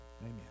Amen